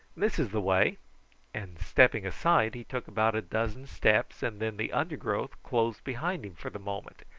this is the way and stepping aside he took about a dozen steps and then the undergrowth closed behind him for the moment,